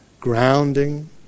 grounding